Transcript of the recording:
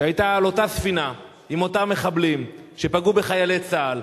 שהיתה על אותה ספינה עם אותם מחבלים שפגעו בחיילי צה"ל.